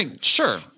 Sure